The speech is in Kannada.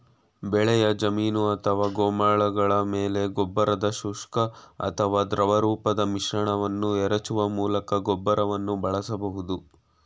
ಬೆಳೆಯ ಜಮೀನು ಅಥವಾ ಗೋಮಾಳಗಳ ಮೇಲೆ ಗೊಬ್ಬರದ ಶುಷ್ಕ ಅಥವಾ ದ್ರವರೂಪದ ಮಿಶ್ರಣವನ್ನು ಎರಚುವ ಮೂಲಕ ಗೊಬ್ಬರವನ್ನು ಬಳಸಬಹುದು